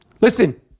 Listen